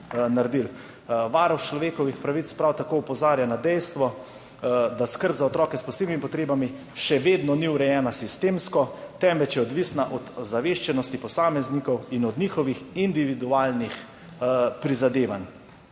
naredili. Varuh človekovih pravic prav tako opozarja na dejstvo, da skrb za otroke s posebnimi potrebami še vedno ni urejena sistemsko, temveč je odvisna od ozaveščenosti posameznikov in od njihovih individualnih prizadevanj.